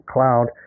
Cloud